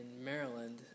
Maryland